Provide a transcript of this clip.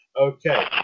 Okay